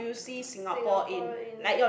Singapore in